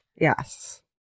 Yes